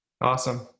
Awesome